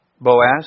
Boaz